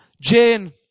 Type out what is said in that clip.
Jane